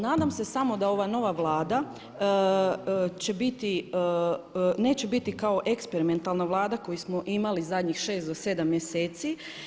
Nadam se samo da ova nova Vlada će biti, neće biti kao eksperimentalna Vlada koju smo imali zadnjih 6 do 7 mjeseci.